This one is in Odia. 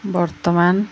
ବର୍ତ୍ତମାନ